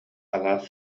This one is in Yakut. алаас